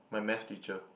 my math teacher